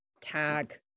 tag